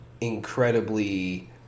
incredibly